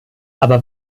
aber